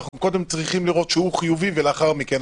אנחנו קודם צריכים לראות שהוא חיובי ולאחר מכן נבדוק.